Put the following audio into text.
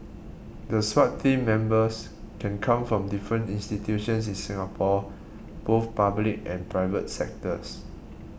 the Swat team members can come from different institutions in Singapore both public and private sectors